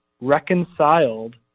reconciled